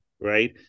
right